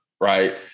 right